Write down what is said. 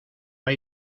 hay